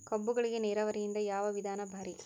ಕಬ್ಬುಗಳಿಗಿ ನೀರಾವರಿದ ಯಾವ ವಿಧಾನ ಭಾರಿ?